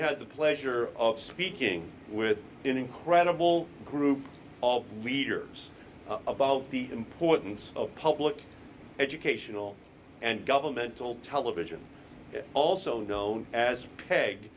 had the pleasure of speaking with an incredible group of leaders about the importance of public educational and governmental television also known as peg